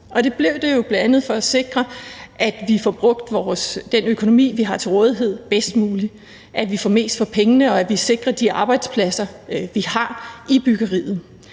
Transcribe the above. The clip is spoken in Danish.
det jo bl.a. for at sikre, at vi får brugt den økonomi, vi har til rådighed, bedst muligt; at vi får mest for pengene, og at vi sikrer de arbejdspladser, vi har i byggeriet.